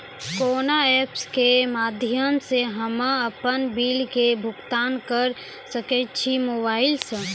कोना ऐप्स के माध्यम से हम्मे अपन बिल के भुगतान करऽ सके छी मोबाइल से?